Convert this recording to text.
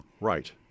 Right